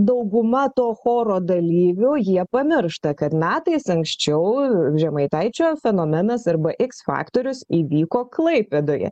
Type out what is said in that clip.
dauguma to choro dalyvių jie pamiršta kad metais anksčiau žemaitaičio fenomenas arba iks faktorius įvyko klaipėdoje